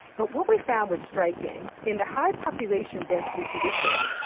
but what we found was striking. in the high population density condition,